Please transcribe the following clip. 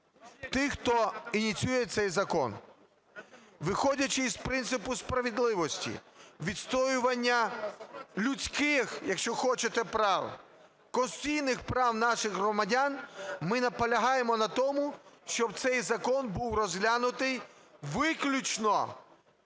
тих хто ініціює цей закон. Виходячи з принципу справедливості, відстоювання людських, якщо хочете, прав, конституційних прав наших громадян, ми наполягаємо на тому, щоб цей закон був розглянутий виключно